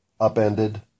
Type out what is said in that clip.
upended